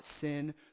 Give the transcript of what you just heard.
sin